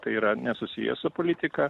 tai yra nesusiję su politika